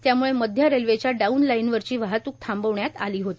त्यामुळं मध्य रेल्वेच्या डाऊन लाईनवरची वाहतुक थांबविण्यात आली होती